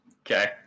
Okay